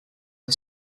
and